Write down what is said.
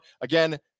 again